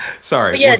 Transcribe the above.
sorry